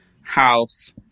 house